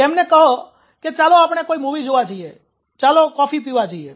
તેમને કહો કે ચાલો આપણે કોઈ મૂવી જોવા જઈએ ચાલો કોફી પીવા જઈએ